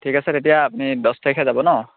ঠিক আছে তেতিয়া আপুনি দহ তাৰিখে যাব ন